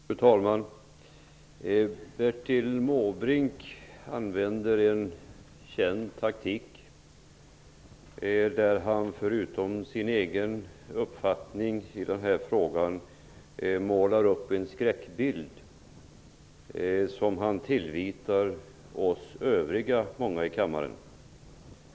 Fru talman! Bertil Måbrink använder sig av en känd taktik. Förutom att han redogör för sin egen uppfattning i denna fråga målar han upp en skräckbild som han tillvitar många av oss övriga i kammaren.